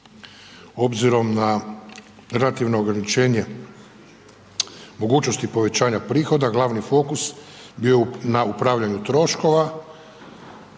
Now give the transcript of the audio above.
Obzirom na relativno ograničenje mogućnosti povećanja prihoda glavni fokus bio je na upravljanju troškova